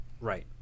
Right